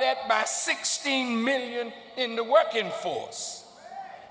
that by sixteen million in the working force